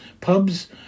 Pubs